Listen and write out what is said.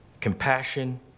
compassion